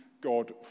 God